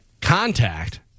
Contact